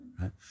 right